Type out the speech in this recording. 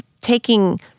taking